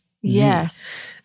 yes